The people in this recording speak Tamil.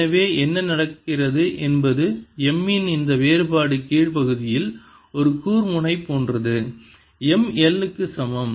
எனவே என்ன நடக்கிறது என்பது M இன் இந்த வேறுபாடு கீழ் பகுதியில் ஒரு கூர்முனை போன்றது M L க்கு சமம்